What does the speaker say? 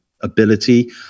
ability